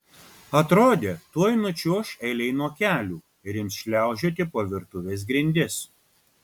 atrodė tuoj nučiuoš elei nuo kelių ir ims šliaužioti po virtuvės grindis